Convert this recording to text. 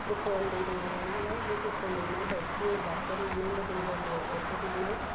गथ' उन्दै दं नालाय बे गथ' उन्दैनाव दाउखुमैया बाफबनानै मोदोम गोरलैआव अरजोबनानै